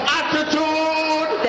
attitude